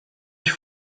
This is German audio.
ich